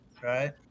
right